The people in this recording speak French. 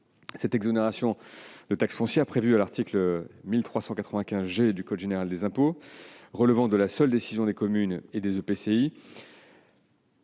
Cette exonération de taxe foncière, prévue à l'article 1395 G du code général des impôts, relève de la seule décision des communes et des